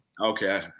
Okay